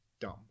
dumb